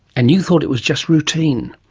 and you thought it was just routine!